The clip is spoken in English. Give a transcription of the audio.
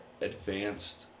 advanced